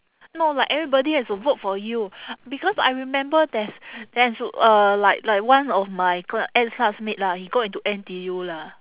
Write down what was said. no like everybody has to vote for you because I remember there's there's uh like like one of my cla~ ex classmate lah he got into N_T_U lah